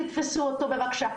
תתפסו אותו בבקשה.